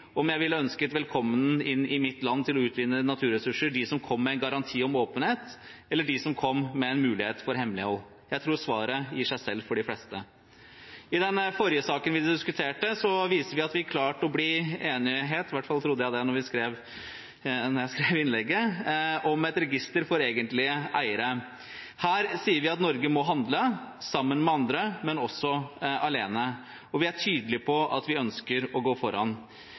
om hvem jeg ville ønsket velkommen inn i mitt land for å utvinne naturressurser av de som kom med en garanti om åpenhet, og de som kom med en mulighet for hemmelighold. Jeg tror svaret gir seg selv for de fleste. I den forrige saken vi diskuterte, viste vi at vi klarte å bli enige – jeg trodde i hvert fall det da jeg skrev innlegget – om et register for egentlige eiere. Her sier vi at Norge må handle sammen med andre, men også alene. Vi er tydelige på at vi ønsker å gå foran.